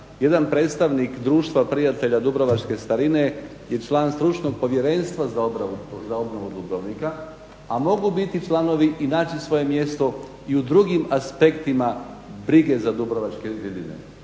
jedan predstavnik Društva prijatelja dubrovačke starine i član stručnog povjerenstva za obnovu Dubrovnika a mogu biti članovi i naći svoje mjesto i u drugim aspektima brige za dubrovačke razine